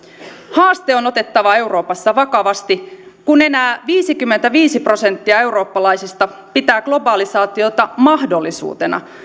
haaste on otettava euroopassa vakavasti kun enää viisikymmentäviisi prosenttia eurooppalaisista pitää globalisaatiota mahdollisuutena